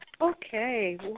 Okay